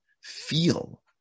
feel